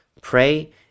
pray